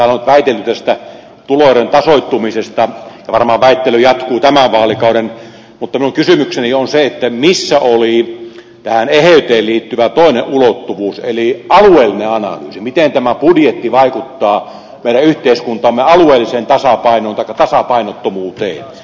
täällä on nyt väitelty tästä tuloerojen tasoittumisesta ja varmaan väittely jatkuu tämän vaalikauden mutta minun kysymykseni on se missä oli tähän eheyteen liittyvä toinen ulottuvuus eli alueellinen analyysi miten tämä budjetti vaikuttaa meidän yhteiskuntamme alueelliseen tasapainoon taikka tasapainottomuuteen